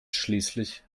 schließlich